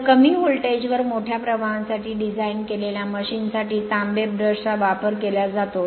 तर कमि व्होल्टेज वर मोठ्या प्रवाहांसाठी डिझाइन केलेल्या मशीन साठी तांबे ब्रश चा वापर केला जातो